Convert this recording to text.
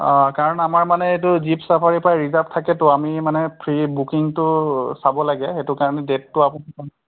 অঁ কাৰণ আমাৰ মানে এইটো জীপ ছাফাৰী প্ৰায় ৰিজাৰ্ভ থাকেতো আমি মানে ফ্ৰী বুকিংটো চাব লাগে সেইটো কাৰণে ডে'টটো